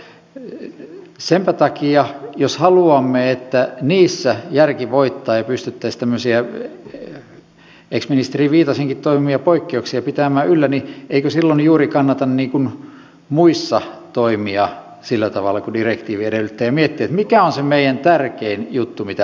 ja senpä takia jos haluamme että niissä järki voittaa ja pystyttäisiin tämmöisiä ex ministeri viitasenkin toivomia poikkeuksia pitämään yllä eikö silloin juuri kannata muissa toimia sillä tavalla kuin direktiivi edellyttää ja miettiä mikä on se meidän tärkein juttu mitä lähdetään ajamaan